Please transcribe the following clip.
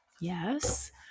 yes